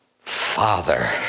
father